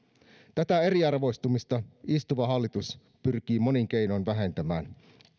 tätä eriarvoistumista istuva hallitus pyrkii monin keinoin vähentämään